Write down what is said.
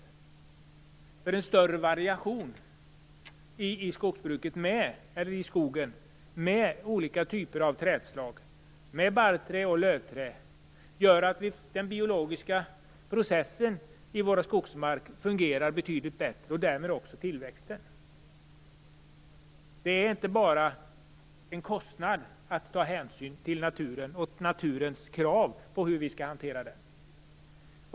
En större variation i skogen, med olika typer av trädslag, med barrträd och lövträd, gör att den biologiska processen i vår skogsmark fungerar betydligt bättre och därmed också tillväxten. Det är inte bara en kostnad att ta hänsyn till naturen och naturens krav på hur vi skall hantera den.